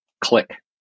click